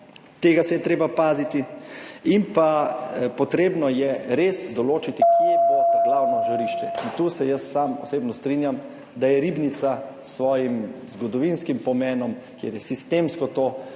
Tega se je treba paziti in je res treba določiti, kje bo to glavno žarišče. In tu se jaz sam osebno strinjam, da je Ribnica s svojim zgodovinskim pomenom, kjer je to sistemsko grajeno